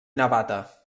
navata